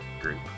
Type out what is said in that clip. group